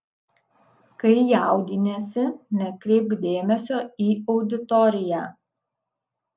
kai jaudiniesi nekreipk dėmesio į auditoriją